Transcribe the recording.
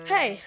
Hey